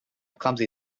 clumsy